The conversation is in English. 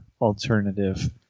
alternative